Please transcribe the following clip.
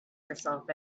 yourself